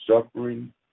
Suffering